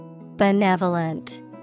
benevolent